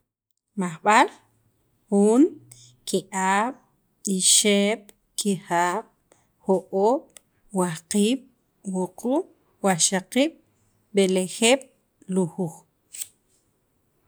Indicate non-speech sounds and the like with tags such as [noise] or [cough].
majb'al, [noise] juun, ki'ab', ixeb', kijab', jo'oob', wajqiib', wuquub', wajxaqiib', b'elejeeb', lujuuj [noise]